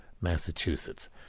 Massachusetts